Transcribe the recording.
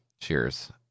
cheers